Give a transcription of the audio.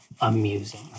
amusing